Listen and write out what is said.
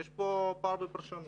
יש פה פער בפרשנות.